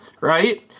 right